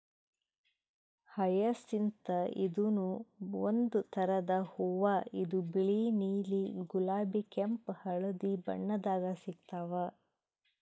hyacinth ಇದೂನು ಒಂದ್ ಥರದ್ ಹೂವಾ ಇವು ಬಿಳಿ ನೀಲಿ ಗುಲಾಬಿ ಕೆಂಪ್ ಹಳ್ದಿ ಬಣ್ಣದಾಗ್ ಸಿಗ್ತಾವ್